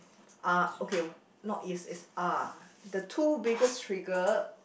uh okay not is is uh the two biggest trigger